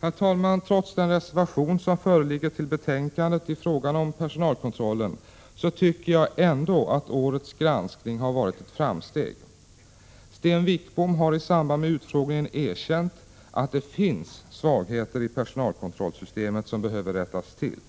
Herr talman! Trots den reservation som föreligger till betänkandet i fråga om personalkontrollen tycker jag ändå att årets granskning har varit ett framsteg. Sten Wickbom har i samband med utfrågningen erkänt att det finns svagheter i personalkontrollsystemet som behöver rättas till.